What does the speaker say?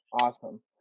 Awesome